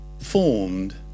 formed